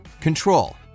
Control